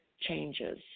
changes